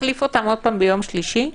מחליף אותן עוד פעם ביום שלישי,